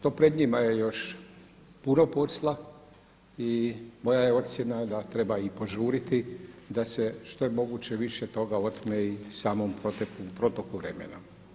To pred njima je još puno posla i moja je ocjena da treba i požuriti da se što je moguće više toga otme i samom protoku vremena.